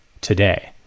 today